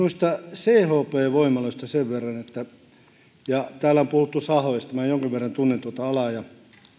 mutta chp voimaloista ja täällä on puhuttu sahoista ja minä jonkin verran tunnen tuota alaa ja